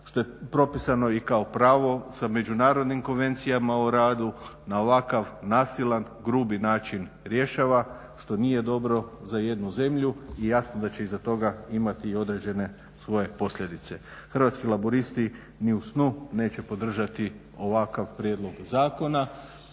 što je propisano i kao pravo sa međunarodnim konvencijama o radu na ovakav nasilan, grubi način rješava, što nije dobro za jednu zemlju i jasno da će iza toga imati i određene svoje posljedice. Hrvatski laburisti ni u snu neće podržati ovakav prijedlog zakona